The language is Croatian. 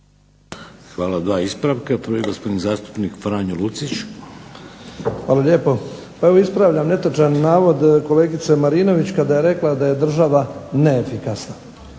Hvala. Dva ispravka. Prvi gospodin zastupnik Franjo Lucić. **Lucić, Franjo (HDZ)** Hvala lijepo. Pa ispravljam netočan navod kolegice Marinović kada je rekla da je država neefikasna.